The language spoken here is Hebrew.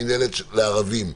מינהלת לערבים,